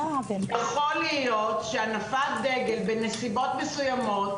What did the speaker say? יכול להיות שהנפת דגל בנסיבות מסוימות